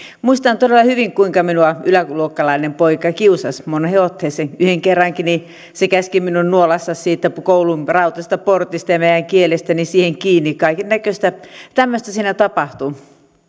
muistan todella hyvin kuinka minua yläluokkalainen poika kiusasi moneen otteeseen yhden kerrankin hän käski minun nuolaista siitä koulun rautaisesta portista ja minä jäin kielestäni siihen kiinni kaikennäköistä tämmöistä siinä tapahtui